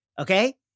Okay